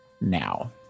Now